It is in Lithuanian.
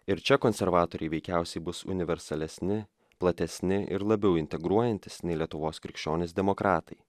ir čia konservatoriai veikiausiai bus universalesni platesni ir labiau integruojantys nei lietuvos krikščionys demokratai